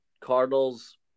Cardinals